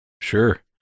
Sure